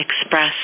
express